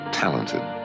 talented